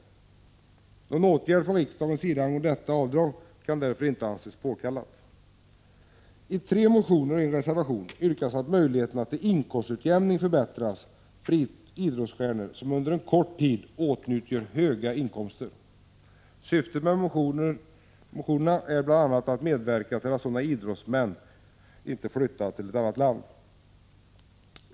Någon åtgärd från riksdagens sida angående detta avdrag kan därför inte anses påkallad. I tre motioner och en reservation yrkas att möjligheterna till inkomstutjämning förbättras för idrottsstjärnor som under en kort tid åtnjuter höga inkomster. Syftet med motionerna är bl.a. att motverka att sådana idrotts 117 män flyttar till annat land.